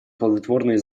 плодотворные